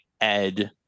ed